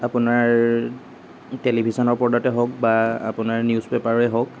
আপোনাৰ টেলিভিশ্যনৰ পৰ্দাতে হওক বা আপোনাৰ নিউজ পেপাৰে হওক